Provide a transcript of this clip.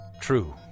True